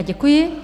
Děkuji.